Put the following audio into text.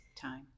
time